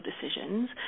decisions